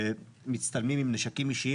שמצטלמים עם נשקים אישיים.